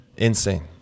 Insane